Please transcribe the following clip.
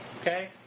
Okay